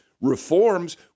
reforms